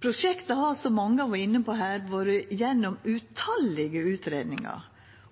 Prosjektet har, som mange har vore inne på her, vore gjennom tallause utgreiingar,